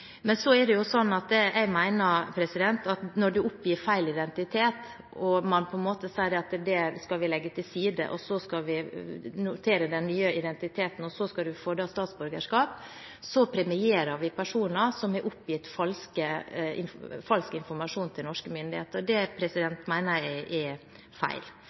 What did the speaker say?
det vi kan i dag. Men jeg mener at når du oppgir feil identitet og man på en måte sier at det skal vi legge til side, så skal vi notere den nye identiteten og så skal du få statsborgerskap, så premierer vi personer som har gitt falsk informasjon til norske myndigheter. Det mener jeg er feil.